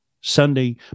Sunday